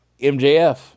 MJF